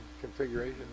configuration